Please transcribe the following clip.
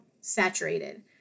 saturated